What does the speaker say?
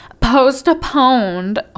Postponed